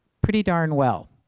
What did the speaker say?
pretty darn well.